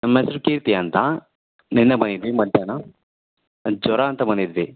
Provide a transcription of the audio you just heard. ನಮ್ಮ ಹೆಸ್ರು ಕೀರ್ತಿ ಅಂತ ನಿನ್ನೆ ಬಂದಿದ್ವಿ ಮಧ್ಯಾಹ್ನ ಜ್ವರ ಅಂತ ಬಂದಿದ್ವಿ